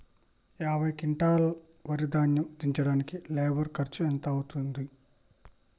యాభై క్వింటాల్ వరి ధాన్యము దించడానికి లేబర్ ఖర్చు ఎంత అయితది?